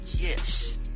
Yes